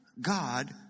God